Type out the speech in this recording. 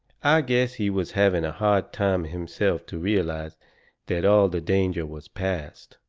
guess he was having a hard time himself to realize that all the danger was past.